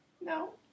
No